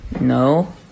No